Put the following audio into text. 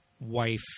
wife